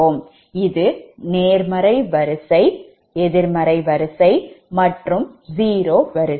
இது நேர்மறை வரிசை எதிர்மறை வரிசை மற்றும் zero வரிசை